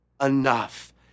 enough